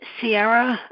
Sierra